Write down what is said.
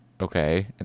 okay